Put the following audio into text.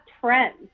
friends